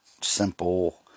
simple